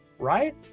right